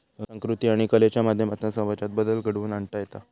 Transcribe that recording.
संकृती आणि कलेच्या माध्यमातना समाजात बदल घडवुन आणता येता